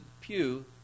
Pew